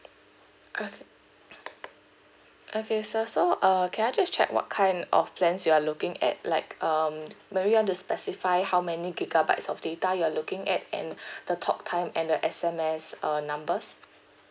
uh okay sir so err can I just check what kind of plans you are looking at like um maybe want to specify how many gigabytes of data you are looking at and the talk time and the S_M_S uh numbers